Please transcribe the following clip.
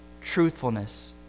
truthfulness